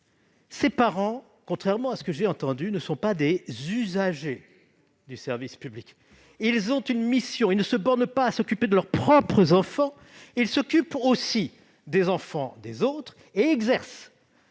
ces parents, contrairement à ce que j'ai entendu, ne sont pas des usagers du service public. Ils ont une mission : ils ne se bornent pas à s'occuper de leurs propres enfants, ils s'occupent aussi des enfants des autres ; ils exercent,